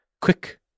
quick